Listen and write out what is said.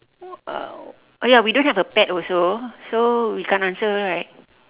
uh oh ya we don't have a pet also so we can't answer right